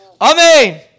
Amen